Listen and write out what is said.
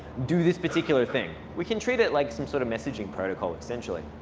do this particular thing. we can treat it like some sort of messaging protocol, essentially.